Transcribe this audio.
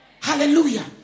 Hallelujah